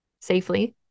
safely